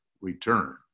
return